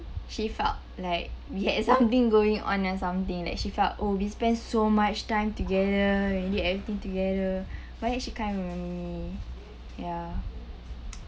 she felt like we had something going on or something that she felt oh we spent so much time together we did everything together but why she can't remember me ya